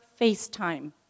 FaceTime